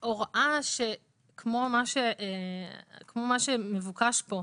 ההוראה, כמו מה שמבוקש כאן,